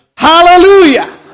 Hallelujah